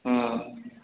हँ